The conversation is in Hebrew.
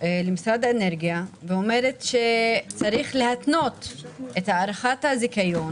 למשרד האנרגיה ואומרת שצריך להתנות את הארכת הזיכיון